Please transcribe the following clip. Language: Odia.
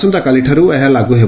ଆସନ୍ତାକାଲିଠାରୁ ଏହା ଲାଗୁ ହେବ